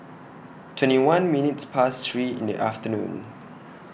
twenty one minutes Past three in The afternoon